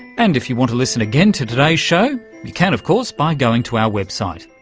and if you want to listen again to today's show you can of course by going to our website,